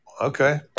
Okay